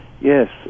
Yes